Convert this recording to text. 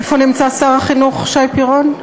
איפה נמצא שר החינוך שי פירון?